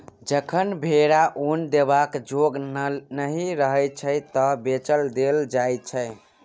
जखन भेरा उन देबाक जोग नहि रहय छै तए बेच देल जाइ छै